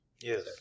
Yes